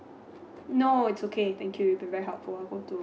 no it's okay thank you you have been very helpful I want to